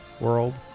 world